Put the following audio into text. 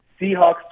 Seahawks